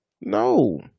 No